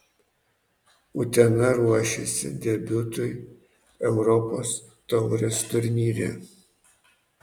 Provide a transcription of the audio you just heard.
utena ruošiasi debiutui europos taurės turnyre